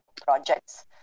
projects